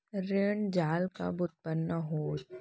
ऋण जाल कब उत्पन्न होतिस?